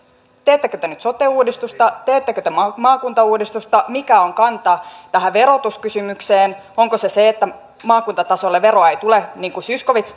teettekö te nyt sote uudistusta teettekö te maakuntauudistusta mikä on kanta tähän verotuskysymykseen onko se se että maakuntatasolle veroa ei tule niin kuin zyskowicz